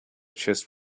chest